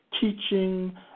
teaching